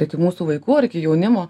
iki mūsų vaikų ir iki jaunimo